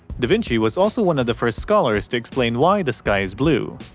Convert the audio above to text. da vinci was also one of the first scholars to explain why the sky is blue.